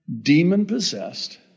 demon-possessed